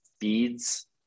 feeds